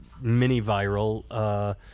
mini-viral